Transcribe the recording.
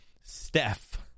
Steph